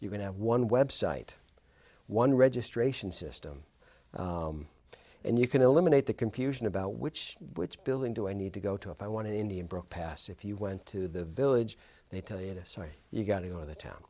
you can have one website one registration system and you can eliminate the confusion about which which building do i need to go to if i want to indian broke pass if you went to the village they tell us why you got it on the town